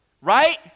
Right